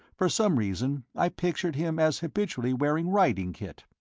for some reason i pictured him as habitually wearing riding kit.